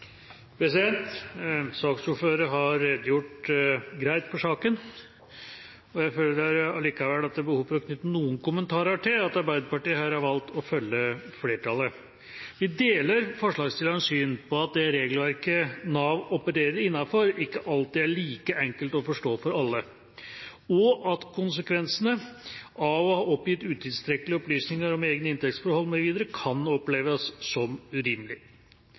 har redegjort greit for saken, men jeg føler likevel at det er behov for å knytte noen kommentarer til at Arbeiderpartiet her har valgt å følge flertallet. Vi deler forslagsstillerens syn på at det regelverket Nav opererer innenfor, ikke alltid er like enkelt å forstå for alle, og at konsekvensene av å ha oppgitt utilstrekkelige opplysninger om egne inntektsforhold mv. kan oppleves som